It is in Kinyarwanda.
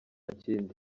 kindi